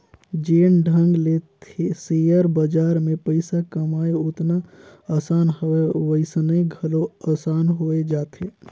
जेन ढंग ले सेयर बजार में पइसा कमई ओतना असान हवे वइसने घलो असान होए जाथे